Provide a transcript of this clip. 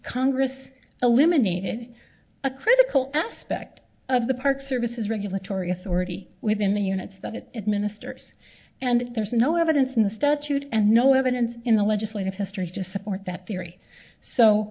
congress eliminated a critical aspect of the park service is regulatory authority within the units that it administers and there's no evidence in the statute and no evidence in the legislative history to support that theory so